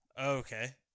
Okay